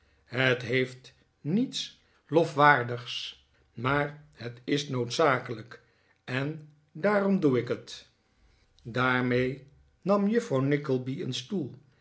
het heeft niets lofwaardigs maar het is noodzakelijk en daarom doe ik het daarmee nam juffrouw nickleby een stoel